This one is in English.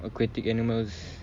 aquatic animals